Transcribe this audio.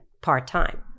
part-time